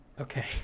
Okay